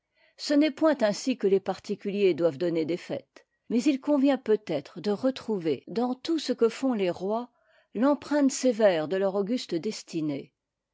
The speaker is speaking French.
ce n'est point ainsi que les particuliers doivent donner des fêtes mais il convient peut-être de retrouver dans tout ce que font les rois l'empreinte sévère de leur auguste destinée